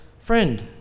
Friend